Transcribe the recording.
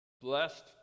Blessed